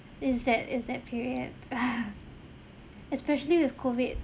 it's that it's that period especially with COVID